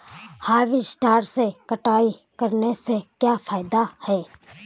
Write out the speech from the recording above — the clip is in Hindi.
हार्वेस्टर से कटाई करने से क्या फायदा है?